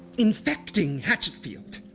infecting hatchetfield,